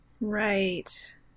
Right